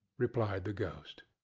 replied the ghost.